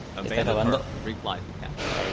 abandon her, replied the captain.